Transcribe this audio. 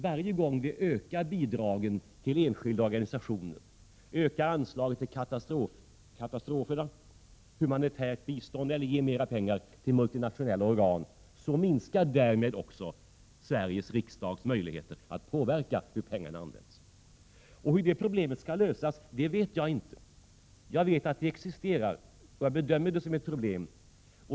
Varje gång vi ökar bidragen till enskilda organisationer eller ökar anslaget till katastrofhjälp och humanitärt bistånd eller ger mera pengar till multinationella organ så minskar därmed också Sveriges riksdags möjligheter att påverka hur pengarna används. Hur det problemet skall lösas vet jag inte. Jag vet att det existerar, och jag bedömer det som ett problem.